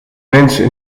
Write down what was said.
mensen